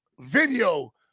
video